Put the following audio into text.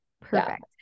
Perfect